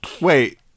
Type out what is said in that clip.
wait